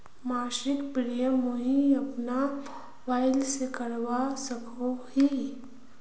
मासिक प्रीमियम मुई अपना मोबाईल से करवा सकोहो ही?